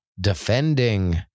defending